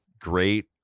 great